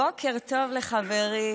בוקר טוב לחברי